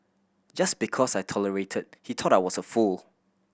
just because I tolerated he thought I was a fool